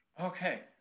Okay